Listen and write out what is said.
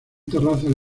terrazas